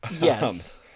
Yes